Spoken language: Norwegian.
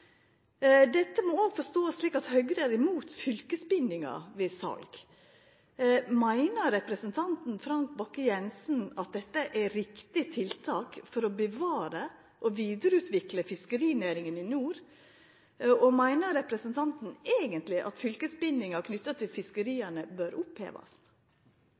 Dette må ein òg forstå slik at Høgre er imot fylkesbindingar ved sal. Meiner representanten Frank Bakke-Jensen at dette er eit riktig tiltak for å bevara og vidareutvikla fiskerinæringa i nord? Meiner representanten eigentleg at fylkesbindingar knytt til fiskeria bør opphevast?